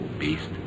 Beast